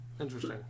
Interesting